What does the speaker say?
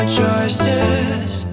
choices